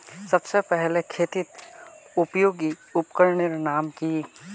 सबसे पहले खेतीत उपयोगी उपकरनेर नाम की?